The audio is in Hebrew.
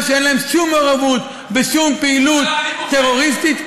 שאין להם שום מעורבות בשום פעילות טרוריסטית,